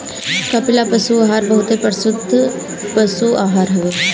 कपिला पशु आहार बहुते प्रसिद्ध पशु आहार हवे